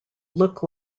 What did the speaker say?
look